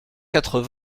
quatre